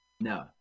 No